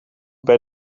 bij